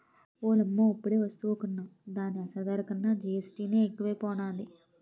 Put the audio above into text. ఓలమ్మో ఇప్పుడేవస్తువు కొన్నా దాని అసలు ధర కన్నా జీఎస్టీ నే ఎక్కువైపోనాది